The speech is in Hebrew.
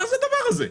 מה זה הדבר הזה?